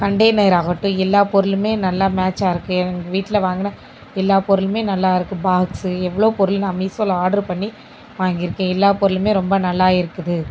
container ஆகட்டும் எல்லா பொருளும் நல்லா மேட்சாக இருக்கு எங்கள் வீட்டில் வாங்கின எல்லா பொருளும் நல்லாயிருக்கு பாக்ஸு எவ்வளோ பொருள் நான் மீஸோவில் ஆர்ட்ரு பண்ணி வாங்கியிருக்கேன் எல்லா பொருளும் ரொம்ப நல்லா இருக்குது